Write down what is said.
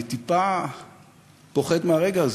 אני טיפה פוחד מהרגע הזה,